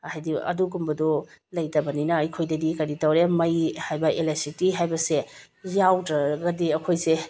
ꯍꯥꯏꯗꯤ ꯑꯗꯨꯒꯨꯝꯕꯗꯣ ꯂꯩꯇꯕꯅꯤꯅ ꯑꯩꯈꯣꯏꯗꯗꯤ ꯀꯔꯤ ꯇꯧꯔꯦ ꯃꯩ ꯍꯥꯏꯕ ꯑꯦꯂꯦꯁꯤꯇꯤ ꯍꯥꯏꯕꯁꯦ ꯌꯥꯎꯗ꯭ꯔꯒꯗꯤ ꯑꯩꯈꯣꯏꯁꯦ